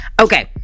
okay